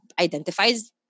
Identifies